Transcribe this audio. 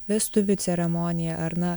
vestuvių ceremoniją ar na